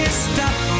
stop